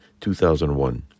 2001